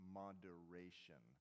moderation